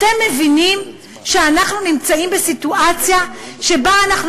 אתם מבינים שאנחנו נמצאים בסיטואציה שבה אנחנו